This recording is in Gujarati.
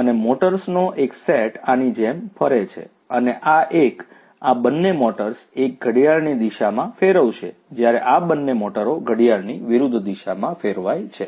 અને મોટર્સનો એક સેટ આની જેમ ફરે છે અને આ એક આ બંને મોટર્સ એક ઘડિયાળની દિશામાં ફેરવશે જ્યારે આ બંને મોટરો ઘડિયાળની વિરુદ્ધ દિશામાં ફેરવાય છે